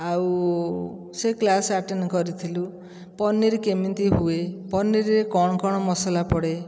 ଆଉ ସେ class attend କରିଥିଲୁ ପନିର କେମିତି ହୁଏ ପନିରରେ କ'ଣ କ'ଣ ମସଲା ପଡ଼େ